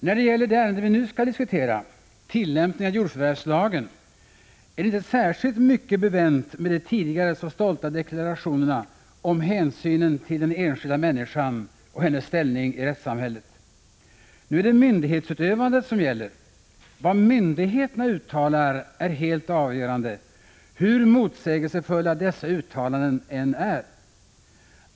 När det gäller det ärende vi nu skall diskutera — tillämpningen av jordförvärvslagen — är det inte särskilt mycket bevänt med de tidigare så stolta deklarationerna om hänsynen till den enskilda människan och hennes ställning i rättssamhället. Nu är det myndighetsutövandet som gäller. Vad myndigheterna uttalar är helt avgörande, hur motsägelsefulla dessa uttalan Prot. 1985/86:146 den än är.